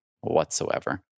whatsoever